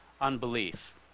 unbelief